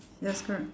yes correct